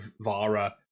Vara